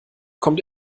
kommt